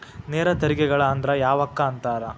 ನೇರ ತೆರಿಗೆಗಳ ಅಂದ್ರ ಯಾವಕ್ಕ ಅಂತಾರ